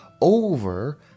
over